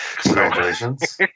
Congratulations